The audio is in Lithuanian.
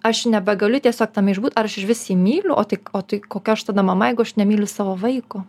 aš nebegaliu tiesiog tame išbūt ar aš išvis jį myliu o tai o tai kokia aš tada mama jeigu aš nemyliu savo vaiko